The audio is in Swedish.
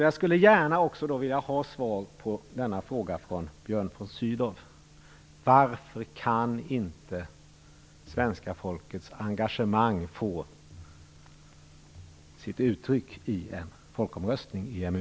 Jag skulle gärna vilja ha svar från Björn von Sydow på denna fråga: Varför kan inte svenska folkets engagemang få sitt uttryck i en folkomröstning i